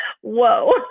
Whoa